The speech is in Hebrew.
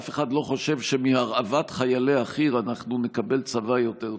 ואף אחד לא חושב שמהרעבת חיילי החי"ר אנחנו נקבל צבא יותר טוב,